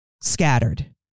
scattered